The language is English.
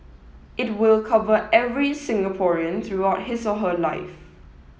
it will cover every Singaporean throughout his or her life